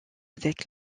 avec